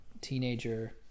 teenager